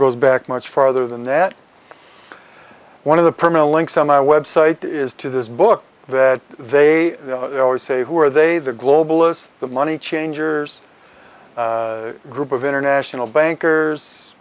goes back much further than that one of the permalink so my website is to this book that they always say who are they the globalist the money changers group of international bankers